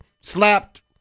slapped